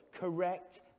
correct